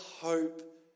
hope